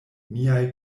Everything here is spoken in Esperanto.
miaj